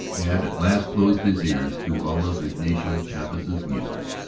had at last closed his ears to all of ignacio chavez's music.